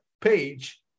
page